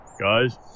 guys